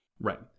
Right